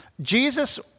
Jesus